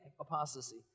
Apostasy